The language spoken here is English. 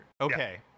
Okay